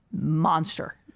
monster